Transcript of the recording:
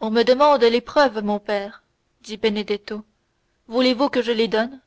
on me demande les preuves mon père dit benedetto voulez-vous que je les donne